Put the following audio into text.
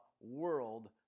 world